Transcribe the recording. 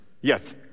yes